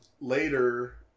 later